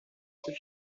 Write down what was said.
ses